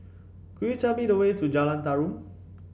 could you tell me the way to Jalan Tarum